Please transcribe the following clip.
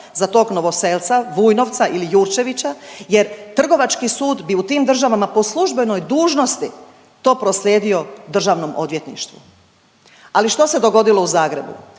za tog Novoselca, Vujnovca ili Jurčevića jer trgovački sud bi u tim državama po službenoj dužnosti to proslijedio državnom odvjetništvu. Ali, što se dogodilo u Zagrebu?